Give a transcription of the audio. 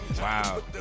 Wow